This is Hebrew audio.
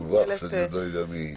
דווח אבל אני עוד לא יודע מי היא.